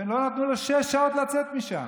ולא נתנו לו שש שעות לצאת משם.